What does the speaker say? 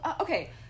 Okay